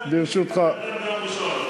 ואני מזמין אותך לסייר אתי בבקעת-הירדן ביום ראשון.